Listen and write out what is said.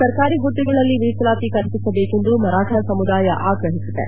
ಸರ್ಕಾರಿ ಹುದ್ದೆಗಳಲ್ಲಿ ಮೀಸಲಾತಿ ಕಲ್ಪಿಸಬೇಕೆಂದು ಮರಾಠಾ ಸಮುದಾಯ ಆಗ್ರಹಿಸಿದೆ